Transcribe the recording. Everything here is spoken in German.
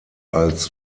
als